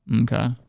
Okay